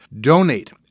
Donate